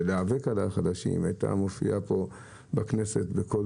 היא הייתה מופיעה בכנסת בכל